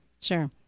sure